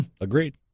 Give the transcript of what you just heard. Agreed